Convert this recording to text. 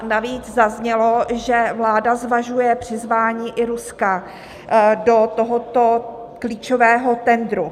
Navíc zaznělo, že vláda zvažuje přizvání i Ruska do tohoto klíčového tendru.